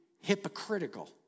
hypocritical